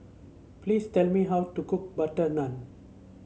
please tell me how to cook butter naan